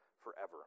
forever